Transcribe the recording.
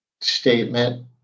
statement